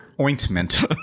ointment